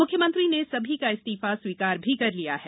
मुख्यमंत्री ने सभी का इस्तीफा स्वीकार भी कर लिया है